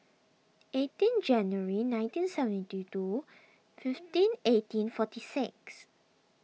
eighteen January nineteen seventy two fifteen eighteen forty six